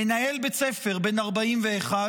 מנהל בית ספר בן 41,